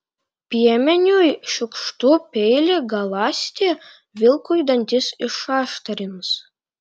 piemeniui šiukštu peilį galąsti vilkui dantis išaštrins